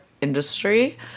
industry